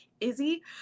Izzy